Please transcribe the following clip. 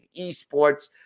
esports